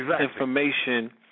information